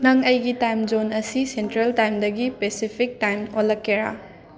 ꯅꯪ ꯑꯩꯒꯤ time zone ꯑꯁꯤ ꯁꯦꯟꯇ꯭ꯔꯦꯜ ꯇꯥꯏꯝꯗꯒꯤ ꯄꯦꯁꯤꯐꯤꯛ ꯇꯥꯏꯝ ꯑꯣꯜꯂꯛꯀꯦꯔꯥ